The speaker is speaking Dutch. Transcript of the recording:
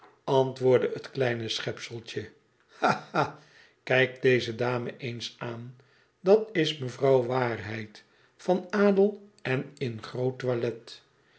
antwoordde het kleine schepseltje ha ha kijk deze dame eens aan dat is mevrouw waarheid van adel en in groot toilet